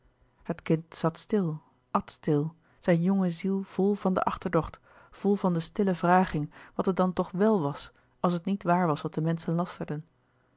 het kind zat stil at stil zijn jonge ziel vol van de achterdocht vol van de stille vraging wat het dan toch wèl was als het niet waar was wat de menschen